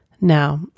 Now